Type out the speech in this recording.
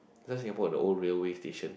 you know Singapore have the old railway station